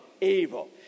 evil